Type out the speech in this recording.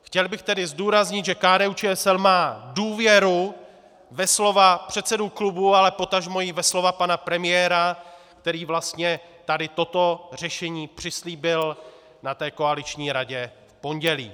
Chtěl bych tedy zdůraznit, že KDUČSL má důvěru ve slova předsedy klubu, ale potažmo i ve slova pana premiéra, který vlastně tady toto řešení přislíbil na koaliční radě v pondělí.